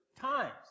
times